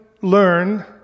learn